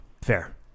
fair